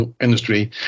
industry